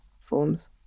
forms